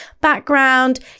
background